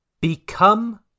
Become